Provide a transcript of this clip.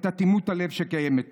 באטימות הלב שקיימת פה: